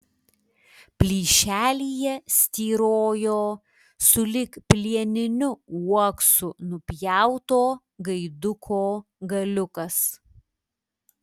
plyšelyje styrojo sulig plieniniu uoksu nupjauto gaiduko galiukas